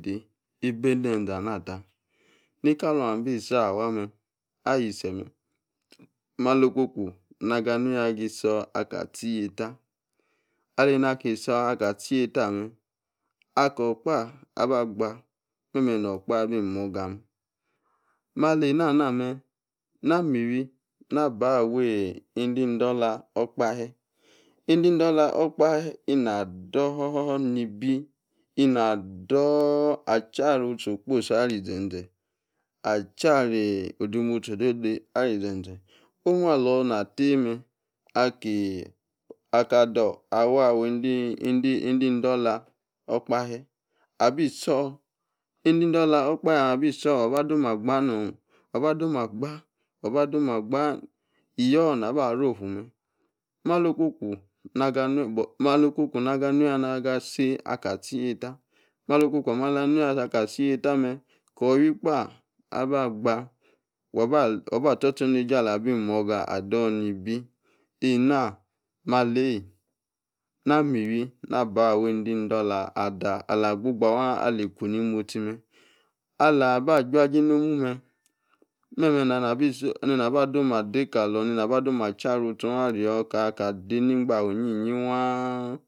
ebi ende, eze-ama ta, ni-kalon abi isi aba awa mer, ayi-se, mer, malo-okwo-kwo na, ga nuya agi sor, aka, afie yieta aleni aki sor, aka tie, yieta ammer, akor-kpa, aba, gba memer, nor kpa abi morga mer, malena-na, mer na miwi, aba awi ende-idola okpache, ende, idola, okpache ína chu, ni-ebi ina dull, acharutie, okposi artiey, zeze acharrie, odemosi-odode, arriey zeze, omu, alor-na tie mer, aki, aka ado awon awi, ende idola okpache, abi sor, ende-idola okpache abi sor, wa ba, doma gba nor, wa ba- dom na gba, nai ba, dom ma gba, iyor na ba-arofu mer, malo-okwo-kwo na, ga nu, buti-malo-okwo-kwo naga nuya-na gi, isi aka atie yieta, malo okwo-kwo ame ala-ga nuy, isi aka atie yieva mer, kor iwi-kpa ka ba-gba, wa-ba stor, ostomesie ala bi moega ado ni-ibi ena maleyi na niwi-na, ba awi ende-idola, ada ala, gbo-gbo waan, ali-ku ni-mostie-mer, ala, aba jujie nomumu mer, mermer ni-na aba oh-ma adekolor memer, nena aba-oh ma, achire, utie, oh, arrie ka, ade, ogbate iyi waar.